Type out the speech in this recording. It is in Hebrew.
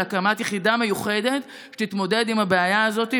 הקמת יחידה מיוחדת שתתמודד עם הבעיה הזאת.